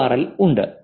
in URL ഉണ്ട്